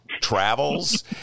travels